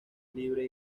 libre